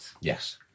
Yes